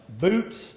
boots